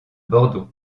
bordeaux